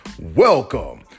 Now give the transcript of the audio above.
Welcome